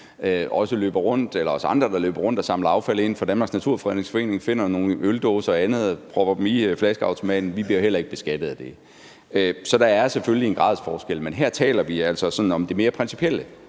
os andre – som løber rundt og samler affald ind for Danmarks Naturfredningsforening, finder nogle øldåser eller andet og propper dem i flaskeautomaten; de bliver heller ikke beskattet af det. Så der er selvfølgelig en gradsforskel, men her taler vi altså sådan om det mere principielle.